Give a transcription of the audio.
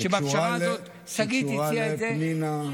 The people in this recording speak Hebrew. בפשרה הזאת, שגית הציעה את זה, שקשורה לפנינה?